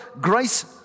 grace